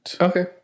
Okay